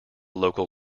local